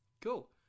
cool